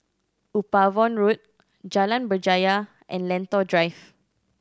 Upavon Road Jalan Berjaya and Lentor Drive